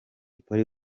polly